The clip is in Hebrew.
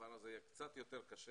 הדבר הזה קצת יותר קשה